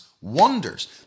wonders